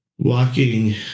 Walking